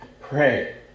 pray